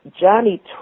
Johnny